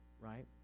right